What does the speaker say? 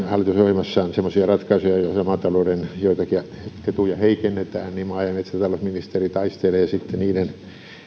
hallitusohjelmassaan semmoisia ratkaisuja joilla maatalouden joitakin etuja heikennetään niin maa ja metsätalousministeri taistelee sitten niiden